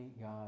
God